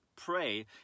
pray